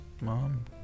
mom